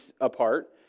apart